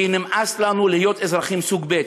כי נמאס לנו להיות אזרחים סוג ב'.